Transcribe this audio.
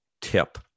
tip